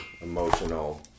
emotional